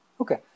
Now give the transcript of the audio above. okay